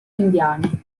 indiani